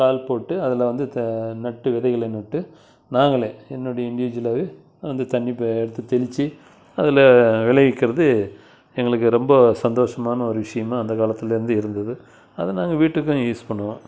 கால் போட்டு அதில் வந்து த நட்டு விதைகளை நட்டு நாங்களே என்னுடைய இண்டிவிஜுவல்லாகவே வந்து தண்ணி இப்போ எடுத்து தெளித்து அதில் விளைவிக்கிறது எங்களுக்கு ரொம்ப சந்தோஷமான ஒரு விஷயமாக அந்த காலத்துலேருந்தே இருந்தது அதை நாங்கள் வீட்டுக்கும் யூஸ் பண்ணுவோம்